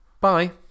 Bye